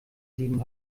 sieben